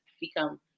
become